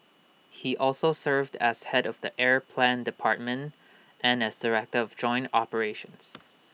he has also served as Head of the air plan department and as director of joint operations